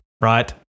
right